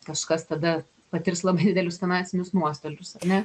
kažkas tada patirs labai didelius finansinius nuostolius ar ne